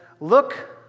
Look